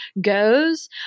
goes